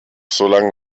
solange